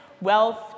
wealth